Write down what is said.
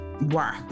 work